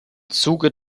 zuge